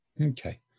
Okay